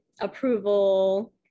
approval